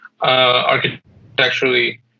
Architecturally